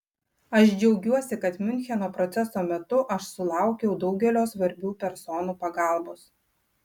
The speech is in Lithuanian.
aš džiaugiuosi kad miuncheno proceso metu aš sulaukiau daugelio svarbių personų pagalbos